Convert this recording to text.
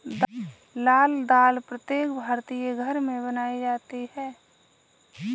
लाल दाल प्रत्येक भारतीय घर में बनाई जाती है